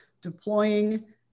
deploying